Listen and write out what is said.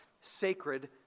sacred